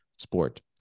sport